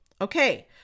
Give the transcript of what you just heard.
Okay